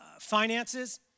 finances